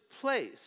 place